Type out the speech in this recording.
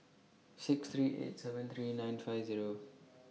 six three eight seven three nine five Zero